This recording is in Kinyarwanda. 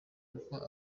kuko